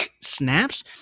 snaps